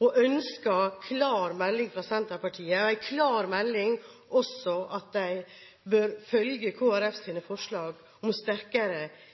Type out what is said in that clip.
og ønsker klar melding fra Senterpartiet, en klar melding om at også de bør følge Kristelig Folkepartis forslag om sterkere